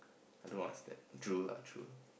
I don't know what's that drool lah drool